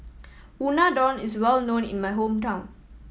unadon is well known in my hometown